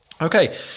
Okay